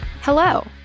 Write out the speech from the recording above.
Hello